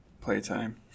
playtime